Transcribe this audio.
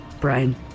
Brian